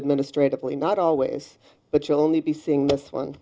administratively not always but you'll only be seeing this one